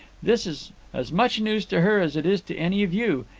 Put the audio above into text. this is as much news to her as it is to any of you,